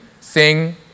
sing